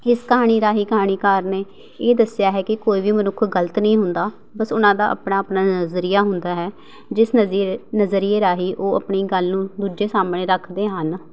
ਇਸ ਕਹਾਣੀ ਰਾਹੀਂ ਕਹਾਣੀਕਾਰ ਨੇ ਇਹ ਦੱਸਿਆ ਹੈ ਕਿ ਕੋਈ ਵੀ ਮਨੁੱਖ ਗਲਤ ਨਹੀਂ ਹੁੰਦਾ ਬਸ ਉਹਨਾਂ ਦਾ ਆਪਣਾ ਆਪਣਾ ਨਜ਼ਰੀਆ ਹੁੰਦਾ ਹੈ ਜਿਸ ਨਜ਼ੀਰੇ ਨਜ਼ਰੀਏ ਰਾਹੀਂ ਉਹ ਆਪਣੀ ਗੱਲ ਨੂੰ ਦੂਜੇ ਸਾਹਮਣੇ ਰੱਖਦੇ ਹਨ